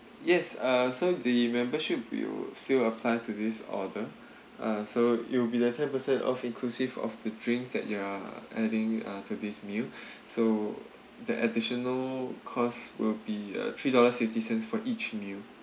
yes uh so the membership will still apply to this order uh so it will be like ten percent off inclusive of the drinks that you are adding uh for this meal so that additional costs will be uh three dollars fifty cents for each meal